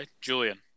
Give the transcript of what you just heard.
Julian